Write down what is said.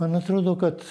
man atrodo kad